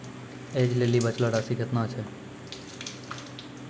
ऐज लेली बचलो राशि केतना छै?